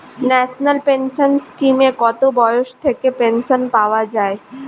National pension স্কিমে কত বয়স থেকে পেনশন পাওয়া যায়?